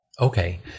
okay